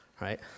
Right